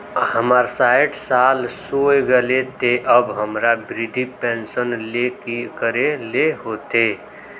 हमर सायट साल होय गले ते अब हमरा वृद्धा पेंशन ले की करे ले होते?